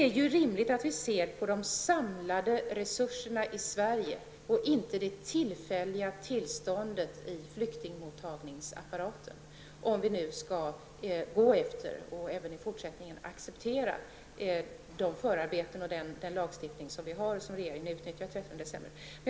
Det är rimligt att vi ser på de samlade resurserna i Sverige, inte på det tillfälliga tillståndet i flyktingmottagningsapparaten, om vi nu skall följa och även i fortsättningen acceptera den lagstiftning och de förarbeten som vi har och som regeringen utnyttjade den 13 december 1989.